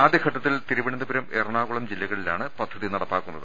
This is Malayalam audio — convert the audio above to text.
ആദൃഘട്ടത്തിൽ തിരുവനന്തപുരം എറണാ കുളം ജില്ലകളിലാണ് പദ്ധതി നടപ്പാക്കുന്നത്